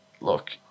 Look